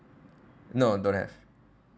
no don't have